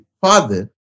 father